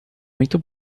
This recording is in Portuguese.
muito